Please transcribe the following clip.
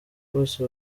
bose